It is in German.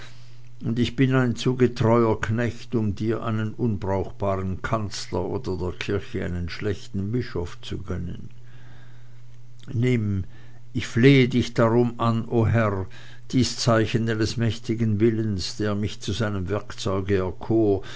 und ich bin ein zu getreuer knecht um dir einen unbrauchbaren kanzler oder der kirche einen schlechten bischof zu gönnen nimm ich flehe dich darum an o herr dies zeichen deines mächtigen willens der mich zu seinem werkzeuge erkor